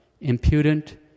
impudent